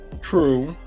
True